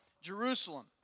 Jerusalem